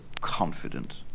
confident